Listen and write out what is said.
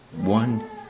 one